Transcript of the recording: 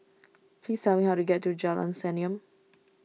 please tell me how to get to Jalan Senyum